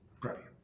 Brilliant